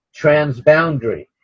transboundary